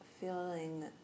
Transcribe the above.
feeling